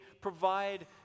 provide